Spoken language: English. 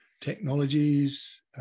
technologies